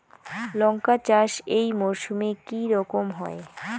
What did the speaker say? লঙ্কা চাষ এই মরসুমে কি রকম হয়?